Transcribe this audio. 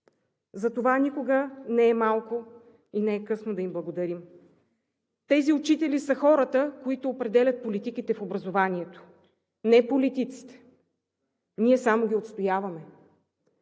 затова никога не е малко и не е късно да им благодарим. Тези учители са хората, които определят политиките в образованието – не политиците – ние само ги отстояваме.